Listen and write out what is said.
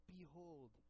Behold